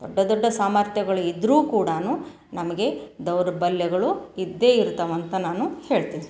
ದೊಡ್ಡ ದೊಡ್ಡ ಸಾಮರ್ಥ್ಯಗಳು ಇದ್ದರೂ ಕೂಡಾ ನಮಗೆ ದೌರ್ಬಲ್ಯಗಳು ಇದ್ದೇ ಇರ್ತವಂತ ನಾನು ಹೇಳ್ತೀನಿ